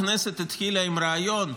הכנסת התחילה עם רעיון,